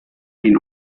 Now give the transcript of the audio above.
ihn